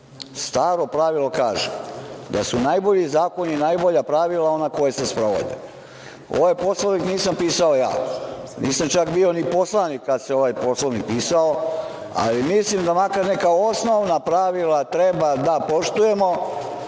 pravilo kaže da su najbolji zakoni i najbolja pravila ona koja se sprovode. Ovaj Poslovnik nisam pisao ja, nisam čak bio ni poslanik kada se ovaj Poslovnik pisao, ali mislim da makar neka osnovna pravila treba da poštujemo.